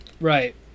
Right